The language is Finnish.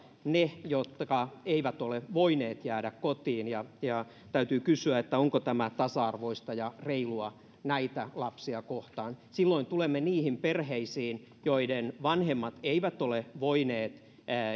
ne jotka eivät ole voineet jäädä kotiin ja ja täytyy kysyä onko tämä tasa arvoista ja reilua näitä lapsia kohtaan silloin tulemme niihin perheisiin joiden vanhemmat eivät ole voineet